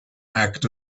act